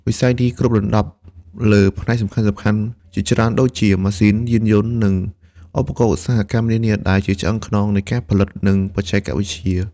វិស័យនេះគ្របដណ្ដប់លើផ្នែកសំខាន់ៗជាច្រើនដូចជា ម៉ាស៊ីន យានយន្ត និងឧបករណ៍ឧស្សាហកម្ម នានា ដែលជាឆ្អឹងខ្នងនៃការផលិត និងបច្ចេកវិទ្យា។